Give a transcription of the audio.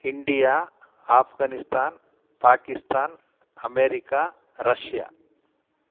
India Afghanistan Pakistan America Russia